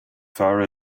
far